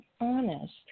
Honest